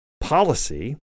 policy